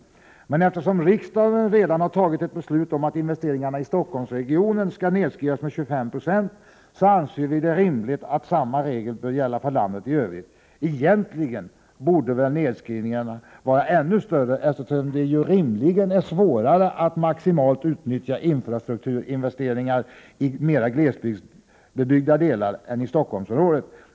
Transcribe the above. Men eftersom riksdagen redan har fattat ett beslut om att investeringarna i Stockholmsregionen skall nedskrivas med 25 9, anser vi det rimligt att samma regel bör gälla för landet i övrigt. Egentligen borde väl nedskrivningarna vara ännu större, eftersom det ju rimligen är svårare att maximalt utnyttja infrastrukturinvesteringar i mer glesbebyggda delar än i Stockholmsområdet.